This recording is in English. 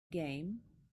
game